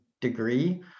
degree